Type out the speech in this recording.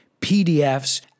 PDFs